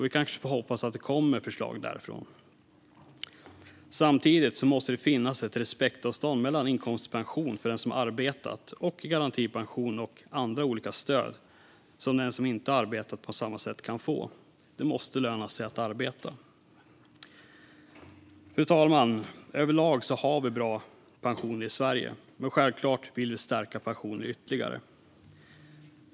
Vi kanske får hoppas att det kommer förslag därifrån. Samtidigt måste det finnas ett respektavstånd mellan inkomstpension för den som har arbetat och garantipension och olika andra stöd som den som inte har arbetat på samma sätt kan få. Det måste löna sig att arbeta. Fru talman! Överlag har Sverige bra pensioner, men självklart vill vi stärka pensionerna ytterligare.